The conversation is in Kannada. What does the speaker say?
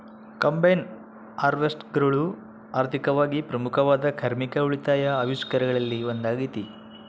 ಕಂಬೈನ್ ಹಾರ್ವೆಸ್ಟರ್ಗಳು ಆರ್ಥಿಕವಾಗಿ ಪ್ರಮುಖವಾದ ಕಾರ್ಮಿಕ ಉಳಿತಾಯ ಆವಿಷ್ಕಾರಗಳಲ್ಲಿ ಒಂದಾಗತೆ